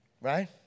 right